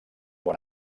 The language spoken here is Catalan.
bon